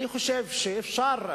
אני חושב שאפשר,